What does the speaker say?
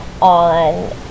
on